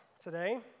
today